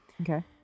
Okay